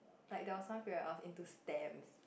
like there was some period I was into stamps